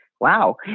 wow